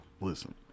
Listen